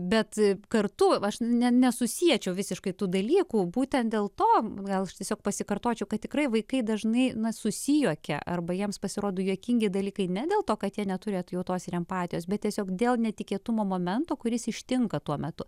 bet kartu aš ne nesusiečiau visiškai tų dalykų būtent dėl to gal aš tiesiog pasikartočiau kad tikrai vaikai dažnai na susijuokia arba jiems pasirodo juokingi dalykai ne dėl to kad jie neturi atjautos ir empatijos bet tiesiog dėl netikėtumo momento kuris ištinka tuo metu